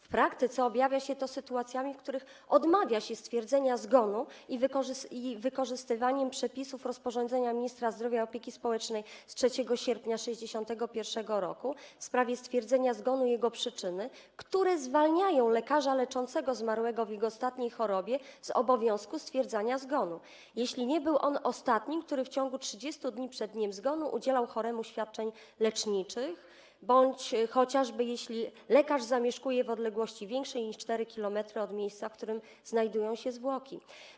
W praktyce objawia się to sytuacjami, w których odmawia się stwierdzenia zgonu, i wykorzystywaniem przepisów rozporządzenia ministra zdrowia i opieki społecznej z 3 sierpnia 1961 r. w sprawie stwierdzenia zgonu i jego przyczyny, które zwalniają lekarza leczącego zmarłego w jego ostatniej chorobie z obowiązku stwierdzenia zgonu, jeśli nie był on ostatnim, który w ciągu 30 dni przed dniem zgonu udzielał choremu świadczeń leczniczych, bądź chociażby jeśli lekarz zamieszkuje w odległości większej niż 4 km od miejsca, w którym znajdują się zwłoki.